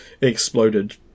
exploded